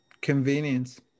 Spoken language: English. Convenience